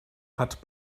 hat